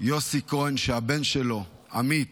יוסי כהן, שהבן שלו עמית